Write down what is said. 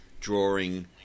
drawing